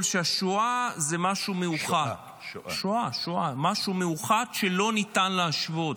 שהשואה זה משהו מיוחד שלא ניתן להשוות.